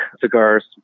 cigars